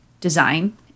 design